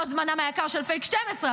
לא זמנם היקר של פייק 12,